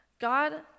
God